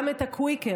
גם את הקוויקר,